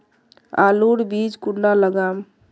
आलूर बीज कुंडा लगाम?